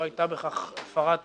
לא הייתה בכך הפרת הסכם,